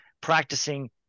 practicing